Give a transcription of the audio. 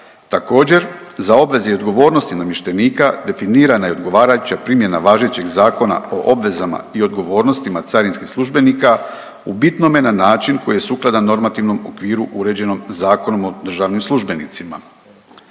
Također za obveze i odgovornost namještenika definirana je odgovarajuća primjena važećeg Zakona o obvezama i odgovornostima carinskih službenika u bitnome na način koji je sukladan normativnom okviru uređenom Zakonom o državnim službenicima.